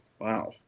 Wow